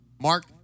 Mark